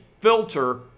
filter